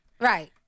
right